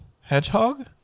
hedgehog